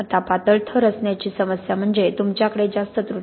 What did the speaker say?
आता पातळ थर असण्याची समस्या म्हणजे तुमच्याकडे जास्त त्रुटी आहे